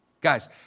Guys